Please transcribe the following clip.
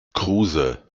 kruse